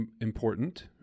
important